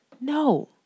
No